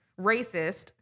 racist